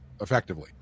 effectively